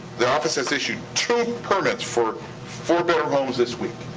the office has issued two permits for four-bedroom homes this week.